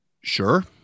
Sure